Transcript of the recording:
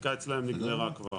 החקיקה אצלם נגמרה כבר.